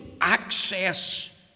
access